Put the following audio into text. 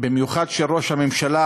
במיוחד של ראש הממשלה,